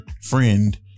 friend